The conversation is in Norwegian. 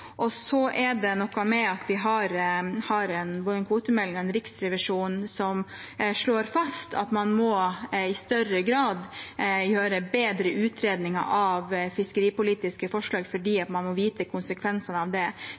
Så er det noe med at vi har en kvotemelding, men Riksrevisjonen slår fast at man i større grad må gjøre utredninger av fiskeripolitiske forslag, fordi man må kjenne konsekvensene av det.